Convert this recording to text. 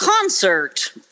concert